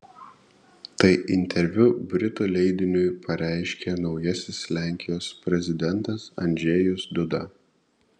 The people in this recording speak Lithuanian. tai interviu britų leidiniui pareiškė naujasis lenkijos prezidentas andžejus duda